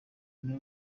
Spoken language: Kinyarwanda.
nyuma